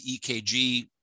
EKG